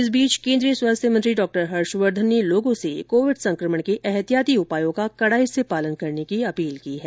इस बीच केन्द्रीय स्वास्थ्य मंत्री डॉ हर्षवर्धन ने लोगों से कोविड संकमण के ऐहतियाती उपायों का कड़ाई से पालन करने की अपील की है